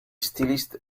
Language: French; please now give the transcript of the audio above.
styliste